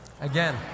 again